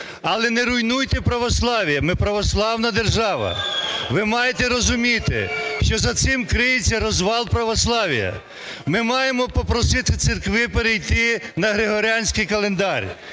але не руйнуйте православіє, ми православна держава. Ви маєте розуміти, що за цим криється розвал православ'я. Ми маємо попросити церкви перейти на григоріанський календар.